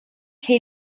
che